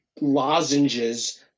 lozenges